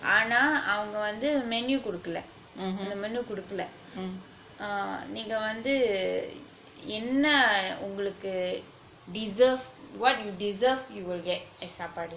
ஆனா அவங்க வந்து:aanaa avanga vanthu menu குடுக்கல அந்த:kudukkala antha menu குடுக்கல நீங்க வந்து என்ன உங்களுக்கு:kudukkala neenga vanthu enna ungalukku deserve what you deserve you will get saapadu